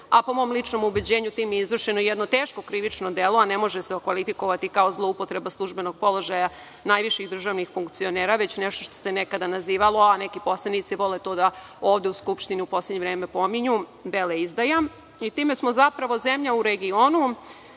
a po mom ličnom ubeđenju time je izvršeno jedno teško krivično delo a ne može se okvalifikovati kao zloupotreba službenog položaja najviših državnih funkcionera, već nešto što se nekada nazivalo, a neki poslanici vole to da ovde u Skupštini u poslednje vreme pominju – veleizdaja; i time smo zapravo zemlja u regionu